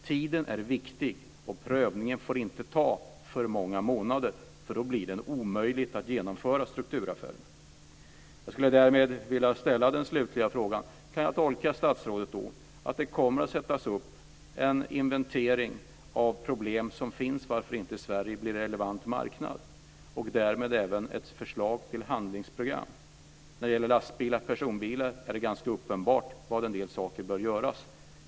Tiden är viktig, och prövningen får inte ta för många månader, för då blir det omöjligt att genomföra strukturaffärer. Jag skulle därmed vilja ställa den slutliga frågan: Kan jag tolka statsrådet så att det kommer att sättas upp en inventering av problem som finns kring varför inte Sverige blir relevant marknad och därmed även ett förslag till handlingsprogram? När det gäller lastbilar och personbilar är en del av de saker som behöver göras ganska uppenbara.